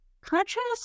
Contrast